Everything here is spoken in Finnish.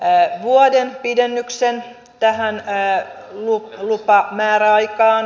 ymmärtäisin vuoden pidennyksen tähän lupamääräaikaan